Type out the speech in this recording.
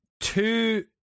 two